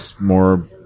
more